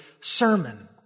sermon